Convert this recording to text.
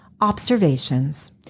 Observations